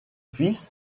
fils